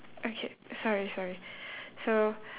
okay sorry sorry so